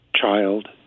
child